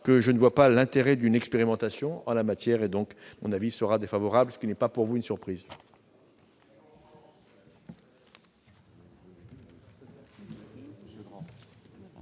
que je ne vois pas l'intérêt d'une expérimentation en la matière. J'émets donc un avis défavorable, ce qui n'est pas pour vous une surprise.